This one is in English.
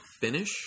finish